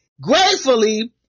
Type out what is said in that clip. gratefully